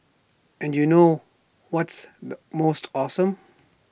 and you know what's the most awesome